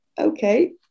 Okay